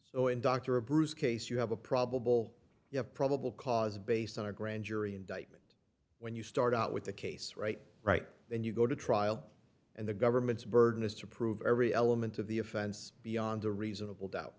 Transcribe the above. so in dr bruce case you have a probable you have probable cause based on a grand jury indictment when you start out with a case right right then you go to trial and the government's burden is to prove every element of the offense beyond a reasonable doubt